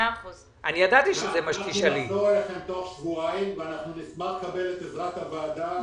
אנחנו נחזור אליכם תוך שבועיים ואנחנו נשמח לקבל את עזרת הוועדה.